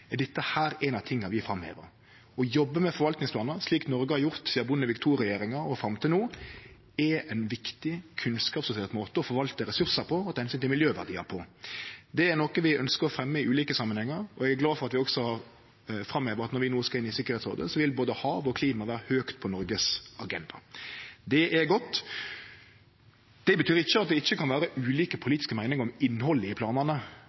er dette ein av tinga vi framhevar. Å jobbe med forvaltningsplanar, slik Noreg har gjort sidan Bondevik II-regjeringa og fram til no, er ein viktig, kunnskapsbasert måte å forvalte ressursar på og ta omsyn til miljøverdiar på. Det er noko vi ønskjer å fremje i ulike samanhengar, og eg er glad for vi også har framheva at når vi no skal inn i Tryggingsrådet, vil både hav og klima vere høgt på Noregs agenda. Det er godt. Det betyr ikkje at det ikkje kan vere ulike politiske meiningar om innhaldet i planane